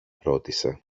ρώτησε